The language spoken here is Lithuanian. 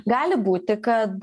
gali būti kad